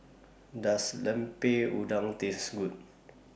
Does Lemper Udang Taste Good